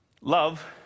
Love